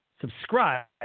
subscribe